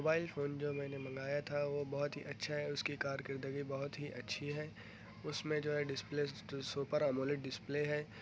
mobile phone جو میں نے منگایا تھا وہ بہت ہی اچھا ہے اس کی کارکردگی بہت ہی اچھی ہے اس میں جو ہے ڈسپلے سوپر امولڈ ڈسپلے ہے